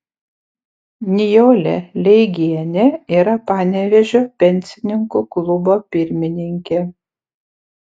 nijolė leigienė yra panevėžio pensininkų klubo pirmininkė